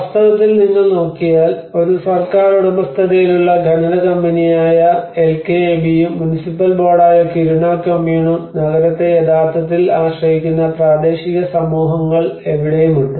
വാസ്തവത്തിൽ നിങ്ങൾ നോക്കിയാൽ ഒരു സർക്കാർ ഉടമസ്ഥതയിലുള്ള ഖനന കമ്പനിയായ ഒരു എൽകെഎബിയും മുനിസിപ്പൽ ബോർഡായ കിരുണ കൊമ്മുനും നഗരത്തെ യഥാർത്ഥത്തിൽ ആശ്രയിക്കുന്ന പ്രാദേശിക സമൂഹങ്ങൾ എവിടെയുമുണ്ട്